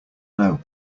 know